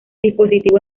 dispositivo